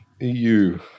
EU